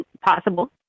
possible